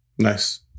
Nice